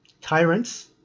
tyrants